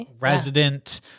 resident